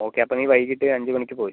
okay അപ്പോൾ നീ വൈകിട്ട് അഞ്ച് മണിക്ക് പോര്